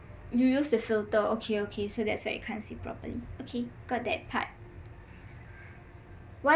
you used the filter okay okay so that's why you can't see properly okay got that part why